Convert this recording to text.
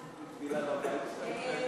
30 מתנגדים.